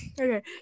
okay